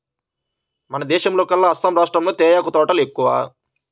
మన దేశంలోకెల్లా అస్సాం రాష్టంలో తేయాకు తోటలు ఎక్కువ